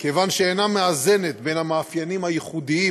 מכיוון שהיא אינה מאזנת בין המאפיינים הייחודיים